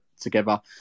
together